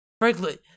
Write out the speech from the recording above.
Frankly-